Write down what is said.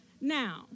Now